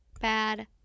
bad